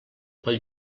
pel